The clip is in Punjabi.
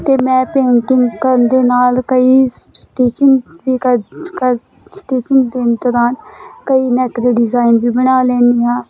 ਅਤੇ ਮੈਂ ਪੇਂਟਿੰਗ ਕਰਨ ਦੇ ਨਾਲ ਕਈ ਸਟੀਚਿੰਗ ਵੀ ਕਰ ਕਰ ਸਟੀਚਿੰਗ ਦੇ ਦੌਰਾਨ ਕਈ ਨੈਕ ਦੇ ਡਿਜ਼ਾਇਨ ਵੀ ਬਣਾ ਲੈਂਦੀ ਹਾਂ